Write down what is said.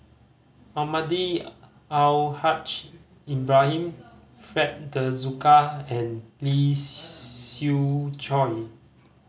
Almahdi Al Haj Ibrahim Fred De Souza and Lee Siew Choh